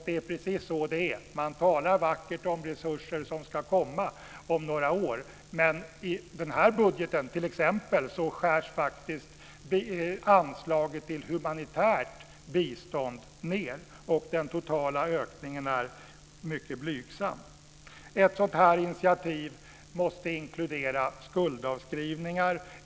Det är precis så det är. Man talar vackert om resurser som ska komma om några år. Men i den här budgeten skärs anslaget till humanitärt bistånd ned, och den totala ökningen är mycket blygsam. Ett sådant initiativ måste inkludera skuldavskrivningar.